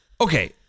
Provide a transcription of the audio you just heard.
Okay